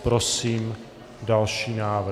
Prosím další návrh.